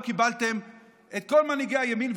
לא קיבלתם את כל מנהיגי הימין,